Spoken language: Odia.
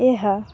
ଏହା